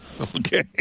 Okay